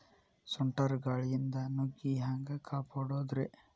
ಸುಂಟರ್ ಗಾಳಿಯಿಂದ ನುಗ್ಗಿ ಹ್ಯಾಂಗ ಕಾಪಡೊದ್ರೇ?